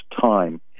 time